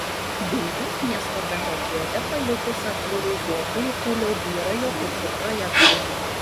vilniaus miesto mero kėdę palikus artūrui zuokui ir toliau byra jo kurti projektai